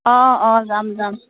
অঁ অঁ যাম যাম